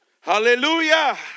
Hallelujah